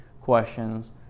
questions